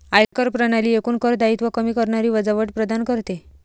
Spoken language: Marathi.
आयकर प्रणाली एकूण कर दायित्व कमी करणारी वजावट प्रदान करते